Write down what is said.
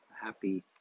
happy